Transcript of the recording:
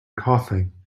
coughing